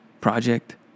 project